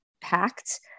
packed